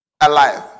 alive